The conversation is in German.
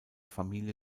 familie